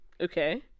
Okay